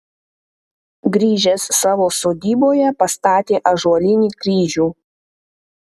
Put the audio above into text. grįžęs savo sodyboje pastatė ąžuolinį kryžių